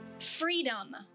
freedom